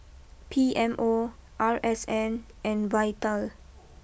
P M O R S N and Vital